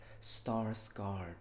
star-scarred